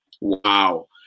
Wow